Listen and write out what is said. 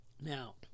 Now